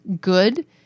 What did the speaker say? good